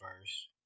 first